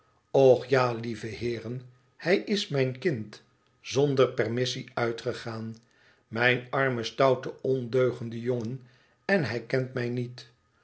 loch ja lieve heeren hij is mijn kind zonder permissie uitgegaan mijn arme stoute ondeugende jongen i en hij kent mij niet